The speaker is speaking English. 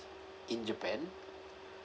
in japan